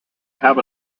have